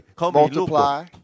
multiply